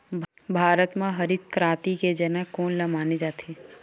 भारत मा हरित क्रांति के जनक कोन ला माने जाथे?